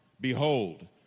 behold